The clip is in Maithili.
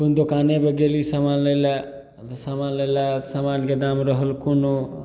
कोनो दोकाने पर गेली समान लै ला समान लेला बाद समानके दाम रहल कोनो